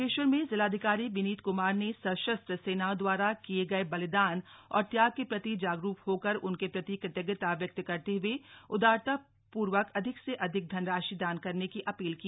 बागेश्वर में जिलाधिकारी विनीत क्मार ने सशस्त्र सेनाओं दवारा किये गये बलिदान और त्याग के प्रति जागरूक होकर उनके प्रति कृतजता व्यक्त करते हुए उदारता पूर्वक अधिक से अधिक धनराशि दान करने की अपील की